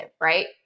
right